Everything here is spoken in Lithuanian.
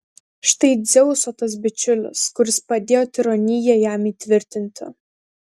štai dzeuso tas bičiulis kuris padėjo tironiją jam įtvirtinti